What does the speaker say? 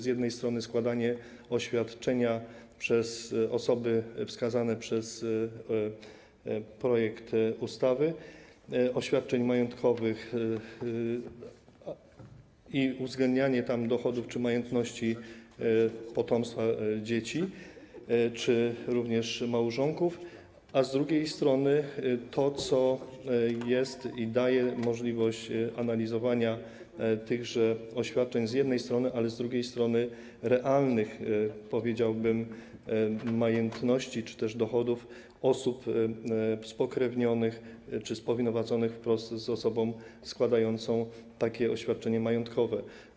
Z jednej strony chodzi o składanie przez osoby wskazane przez projekt ustawy oświadczeń majątkowych i uwzględnianie tam dochodów czy majętności potomstwa, dzieci, jak również małżonków, a z drugiej strony to co jest daje możliwość analizowania tychże oświadczeń z jednej strony, ale z drugiej strony realnych, powiedziałbym, majętności czy też dochodów osób spokrewnionych czy spowinowaconych wprost z osobą składającą takie oświadczenie majątkowe.